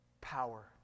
power